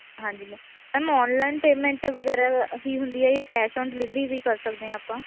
ਹਾਂਜੀ ਮ ma'am online payment ਵਗੈਰਾ ਹੀ ਹੁੰਦੀ ਹੈ ਜਾਂ ਕੈਸ਼ ਔਨ ਡਿਲੀਵਰੀ ਵੀ ਕਰ ਸਕਦੇ ਹਾਂ ਆਪਾਂ